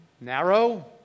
narrow